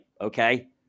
Okay